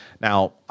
Now